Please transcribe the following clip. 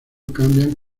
cambian